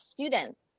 students